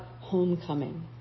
homecoming